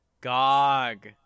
Gog